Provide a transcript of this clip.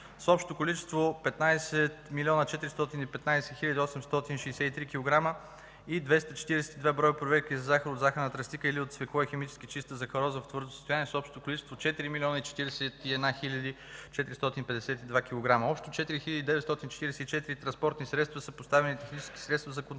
с общо количество 15 млн. 415 хил. 863 кг и 242 бр. проверки на захар от захарна тръстика или от цвекло и химически чиста захароза в твърдо състояние с общо количество 4 млн. 41 хил. 452 кг. Общо на 4944 транспортни средства са поставени технически средства за контрол,